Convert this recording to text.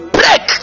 break